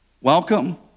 welcome